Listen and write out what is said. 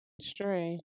Stray